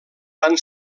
van